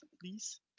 please